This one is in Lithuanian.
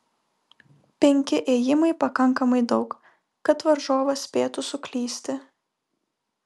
penki ėjimai pakankamai daug kad varžovas spėtų suklysti